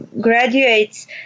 graduates